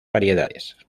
variedades